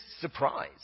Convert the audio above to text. surprise